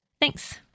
Thanks